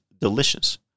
delicious